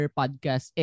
podcast